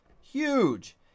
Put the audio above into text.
huge